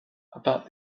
about